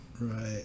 Right